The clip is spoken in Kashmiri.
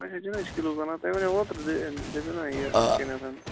أسۍ ہے یہے چھِ کِلوٗ کٕنان تہٕ تۄہہِ وَنیٚو اوترٕ تہٕ دَپیٚو نہ یہِ یِتھ کنیٚتھ